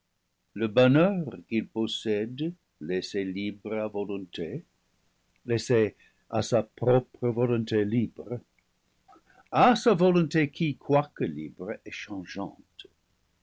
le bonheur qu'il possède laissé libre à volonté laissé à sa propre volonté libre à sa volonté qui quoique libre